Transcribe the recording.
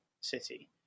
City